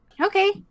Okay